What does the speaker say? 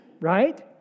right